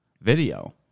video